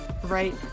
Right